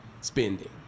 spending